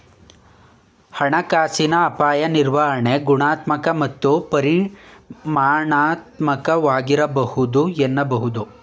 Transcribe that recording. ಹಣಕಾಸಿನ ಅಪಾಯ ನಿರ್ವಹಣೆ ಗುಣಾತ್ಮಕ ಮತ್ತು ಪರಿಮಾಣಾತ್ಮಕವಾಗಿರಬಹುದು ಎನ್ನಬಹುದು